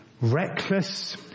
reckless